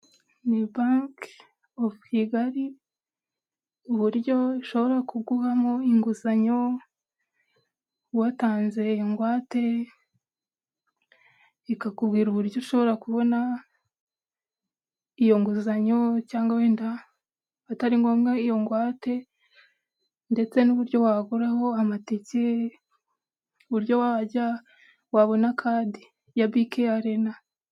Ni banki ofu Kigali, uburyo ishobora kuguhamo inguzanyo watanze ingwate, ikakubwira uburyo ushobora kubona iyo nguzanyo cyangwa wenda atari ngombwa iyo ngwate ndetse n'uburyo waguraho amatike, uburyo wabona kadi ya bike arena.